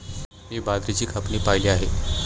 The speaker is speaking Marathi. मी बाजरीची कापणी पाहिली आहे